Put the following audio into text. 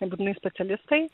nebūtinai specialistai